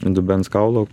dubens kaulų